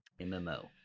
mmo